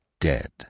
dead